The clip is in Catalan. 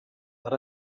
per